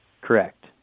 correct